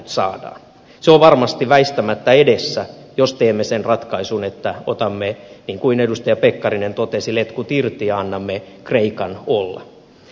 se on varmasti väistämättä edessä jos teemme sen ratkaisun että otamme niin kuin edustaja pekkarinen totesi letkut irti ja annamme kreikan olla